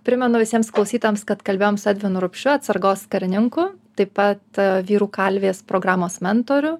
primenu visiems klausytojams kad kalbėjom su edvinu rupšiu atsargos karininku taip pat vyrų kalvės programos mentoriu